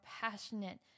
passionate